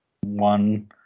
one